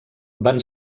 van